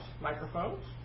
microphones